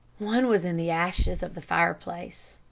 one was in the ashes of the fireplace.